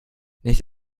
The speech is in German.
nicht